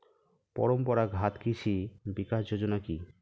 পরম্পরা ঘাত কৃষি বিকাশ যোজনা কি?